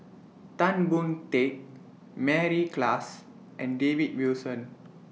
Tan Boon Teik Mary Klass and David Wilson